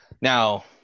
Now